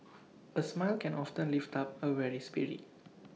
A smile can often lift up A weary spirit